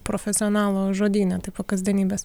profesionalo žodyne taipo kasdienybės